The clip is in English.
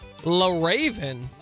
LaRaven